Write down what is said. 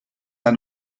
ein